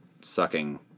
sucking